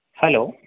hello